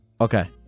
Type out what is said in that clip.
Okay